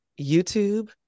YouTube